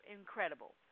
incredible